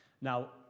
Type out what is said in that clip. Now